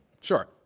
Sure